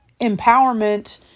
empowerment